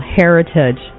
heritage